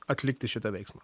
atlikti šitą veiksmą